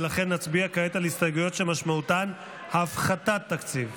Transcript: ולכן נצביע כעת על הסתייגויות שמשמעותן הפחתת תקציב.